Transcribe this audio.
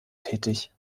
tätig